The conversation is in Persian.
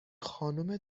خانم